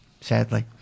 sadly